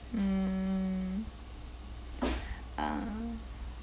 mm uh